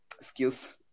skills